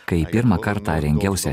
kai pirmą kartą rengiausi